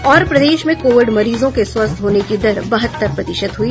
और प्रदेश में कोविड मरीजों के स्वस्थ होने की दर बहत्तर प्रतिशत हुई